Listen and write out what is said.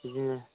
बिदिनो